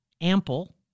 ample